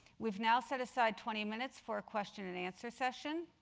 we've now set aside twenty minutes for a question-and-answer session.